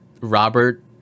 robert